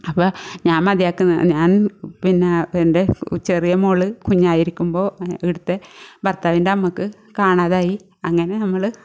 അപ്പം ഞാൻ മതിയാക്കുന്നു ഞാൻ പിന്നെ എൻ്റെ ചെറിയ മകൾ കുഞ്ഞായിരിക്കുമ്പോൾ ഇവിടുത്തെ ഭർത്താവിൻ്റെ അമ്മക്ക് കാണാതായി അങ്ങനെ നമ്മൾ